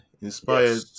Inspired